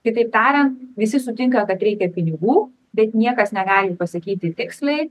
kitaip tariant visi sutinka kad reikia pinigų bet niekas negali pasakyti tiksliai